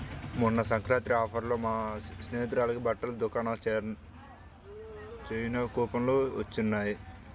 మొన్న సంక్రాంతి ఆఫర్లలో మా స్నేహితురాలకి బట్టల దుకాణంలో చానా కూపన్లు వొచ్చినియ్